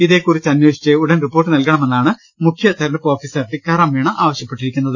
ഇതേക്കുറിച്ച് അന്വേഷിച്ച് ഉടൻ റിപ്പോർട്ട് നൽകണമെന്നാണ് മുഖ്യ തിരഞ്ഞെടുപ്പ് ഓഫീസർ ടിക്കാറാംമീണ ആവശ്യപ്പെട്ടിരിക്കുന്നത്